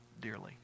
dearly